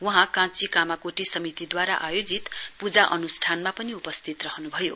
वहाँ काँची कामाकोटी समितिद्वारा आयोजित पूजा अनुष्ठानमा पनि उपस्थित रहनुभयो